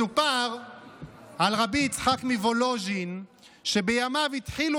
מסופר על רבי יצחק מוולוז'ין שבימיו התחילו